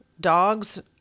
dogs